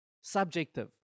subjective